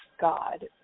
God